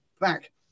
back